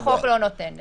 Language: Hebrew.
החוק לא נותן לזה תשובה.